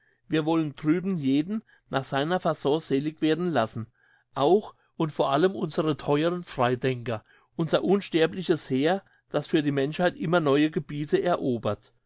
wir wollen drüben jeden nach seiner faon selig werden lassen auch und vor allem unsere theuren freidenker unser unsterbliches heer das für die menschheit immer neue gebiete erobert